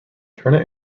turner